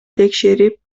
текшерип